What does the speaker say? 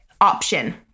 option